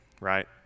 right